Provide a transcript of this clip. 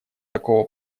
такого